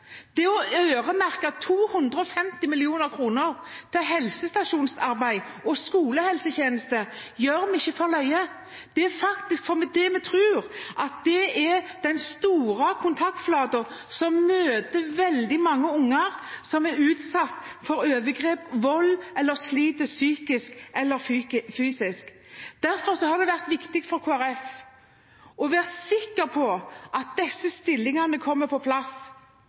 inne. Å øremerke 250 mill. kr til helsestasjonsarbeid og skolehelsetjeneste gjør vi ikke for moro skyld. Vi gjør det fordi vi faktisk tror at det er den store kontaktflaten som møter veldig mange unger som er utsatt for overgrep, vold, eller som sliter psykisk eller fysisk. Derfor har det vært viktig for Kristelig Folkeparti å være sikker på at disse stillingene kommer på plass